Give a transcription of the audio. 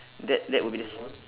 that that would be the s~